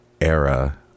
era